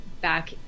back